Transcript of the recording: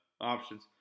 options